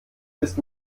ist